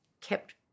kept